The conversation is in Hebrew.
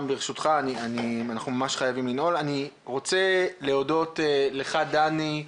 אני רוצה להודות לך דני,